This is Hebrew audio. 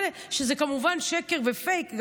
שזה כמובן שקר ופייק.